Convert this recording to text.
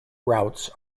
routes